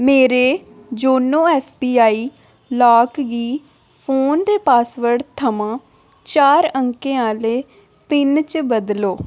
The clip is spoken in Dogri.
मेरे YONO S B I lock गी फोन दे पासवर्ड थमां चार अंकें आह्ले पिन च बदलो